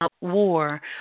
war